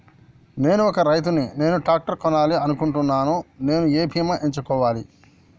నేను ఒక రైతు ని నేను ట్రాక్టర్ కొనాలి అనుకుంటున్నాను నేను ఏ బీమా ఎంచుకోవాలి?